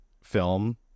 film